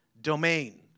domain